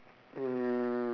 um